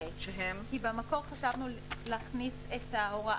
במקור חשבנו להכניס את ההסמכה